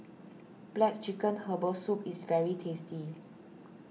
Black Chicken Herbal Soup is very tasty